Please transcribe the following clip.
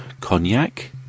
Cognac